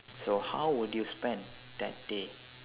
so how would you spend that day